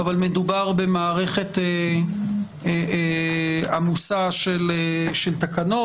אבל מדובר במערכת עמוסה של תקנות.